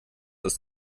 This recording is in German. ist